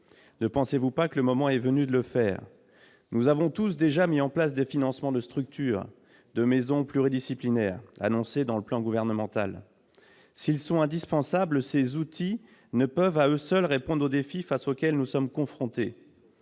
Ne pensez-vous pas que le moment est venu de le faire ? Nous avons tous déjà mis en place ces financements de structures, notamment de maisons pluridisciplinaires, annoncés dans le plan gouvernemental. S'ils sont indispensables, ces outils ne peuvent, à eux seuls, répondre au défi auquel nous sommes confrontés